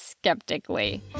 skeptically